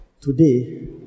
today